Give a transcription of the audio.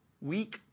weak